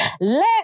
Let